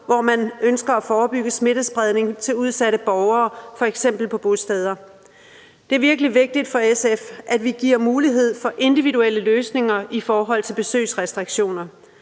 hvor man ønsker at forebygge smittespredning til udsatte borgere, f.eks. på bosteder. Det er virkelig vigtigt for SF, at vi giver mulighed for individuelle løsninger i forhold til besøgsrestriktioner.